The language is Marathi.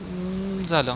झालं